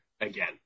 again